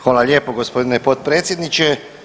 Hvala lijepo g. potpredsjedniče.